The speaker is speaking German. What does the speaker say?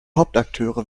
hauptakteure